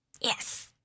Yes